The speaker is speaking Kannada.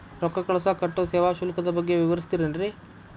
ರೊಕ್ಕ ಕಳಸಾಕ್ ಕಟ್ಟೋ ಸೇವಾ ಶುಲ್ಕದ ಬಗ್ಗೆ ವಿವರಿಸ್ತಿರೇನ್ರಿ?